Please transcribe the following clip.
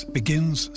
begins